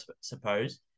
suppose